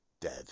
dead